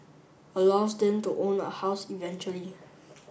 allows them to own a house eventually